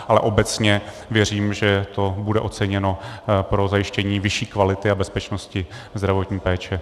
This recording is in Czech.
Ale obecně věřím, že to bude oceněno pro zajištění vyšší kvality a bezpečnosti zdravotní péče.